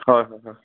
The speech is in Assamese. হয় হয় হয়